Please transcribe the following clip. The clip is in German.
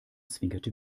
zwinkerte